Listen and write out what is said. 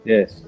Yes